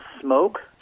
smoke